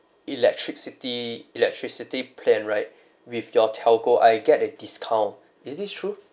electricity electricity plan right with your telco I get a discount is this true